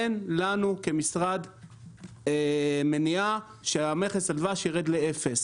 אין לנו כמשרד מניעה שהמכס על דבש ירד לאפס.